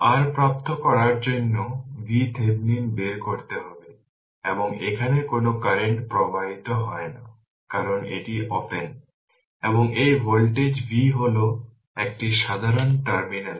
সুতরাং R প্রাপ্ত করার জন্য VThevenin বের করতে হবে এবং এখানে কোন কারেন্ট প্রবাহিত হয় না কারণ এটি ওপেন এবং এই ভোল্টেজ V হল একটি সাধারণ টার্মিনাল